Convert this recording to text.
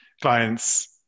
clients